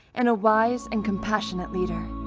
and a wise and compassionate leader.